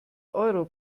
euro